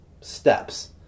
steps